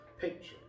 picture